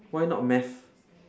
why not math